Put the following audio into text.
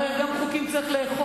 הרי חוקים גם צריכים לאכוף,